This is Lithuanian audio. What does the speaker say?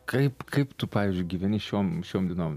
kaip kaip tu išgyveni šiom šioms dienom